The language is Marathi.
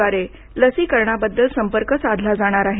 द्वारे लसीकरणाबद्दल संपर्क साधला जाणार आहे